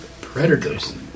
predators